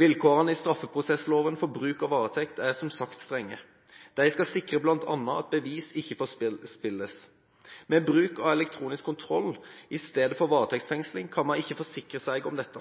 Vilkårene i straffeprosessloven for bruk av varetekt er som sagt strenge. De skal bl.a. sikre at bevis ikke forspilles. Ved bruk av elektronisk kontroll i stedet for varetektsfengsling kan man ikke forsikre seg om dette.